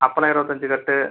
அப்பளம் இருபத்தஞ்சி கட்டு